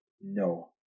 no